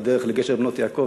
בדרך לגשר בנות-יעקב,